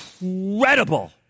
incredible